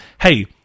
hey